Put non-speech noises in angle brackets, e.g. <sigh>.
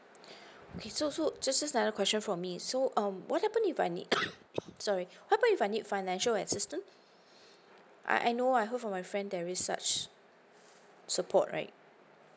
okay so so just another question from me so um what happen if I need <coughs> sorry what if I need financial assistance I I know I heard from my friend there is such support right